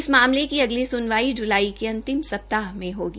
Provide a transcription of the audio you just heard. इस मामले की अगली सुनवाई जुलाई के अंतिम सप्ताह में होगी